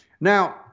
Now